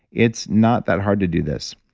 it's not that hard to do this,